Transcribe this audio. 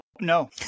no